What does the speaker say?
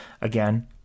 Again